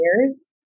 years